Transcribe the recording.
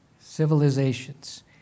civilizations